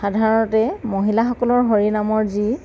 সাধাৰণতে মহিলাসকলৰ হৰি নামৰ যি